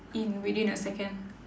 in within a second